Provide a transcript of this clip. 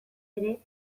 ere